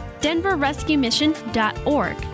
DenverRescueMission.org